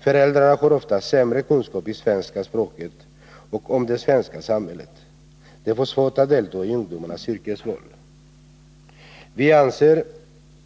Föräldrarna har ofta sämre kunskaper i svenska språket och om det svenska samhället. De får svårt att delta i ungdomarnas yrkesval. Vi anser också